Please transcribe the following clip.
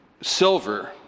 silver